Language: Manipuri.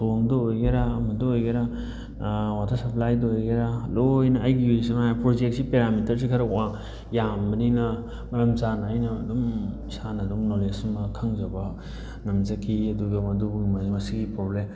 ꯊꯣꯡꯗ ꯑꯣꯏꯒꯦꯔꯥ ꯑꯃꯗ ꯑꯣꯏꯒꯦꯔꯥ ꯋꯥꯇꯔ ꯁꯄ꯭ꯂꯥꯏꯗ ꯑꯣꯏꯒꯦꯔꯥ ꯂꯣꯏꯅ ꯑꯩꯒꯤ ꯄ꯭ꯔꯣꯖꯦꯛꯁꯤ ꯄꯦꯔꯥꯃꯤꯇꯔꯁꯤ ꯈꯔ ꯌꯥꯝꯕꯅꯤꯅ ꯃꯔꯝ ꯆꯥꯅ ꯑꯩꯅ ꯑꯗꯨꯝ ꯏꯁꯥꯅ ꯑꯗꯨꯝ ꯅꯣꯂꯦꯖ ꯑꯃ ꯈꯪꯖꯕ ꯉꯝꯖꯈꯤ ꯑꯗꯨꯒ ꯃꯗꯨꯕꯨ ꯃꯁꯤꯒꯤ ꯄ꯭ꯔꯣꯕ꯭ꯂꯦꯝ